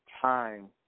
time